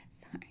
sorry